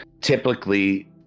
typically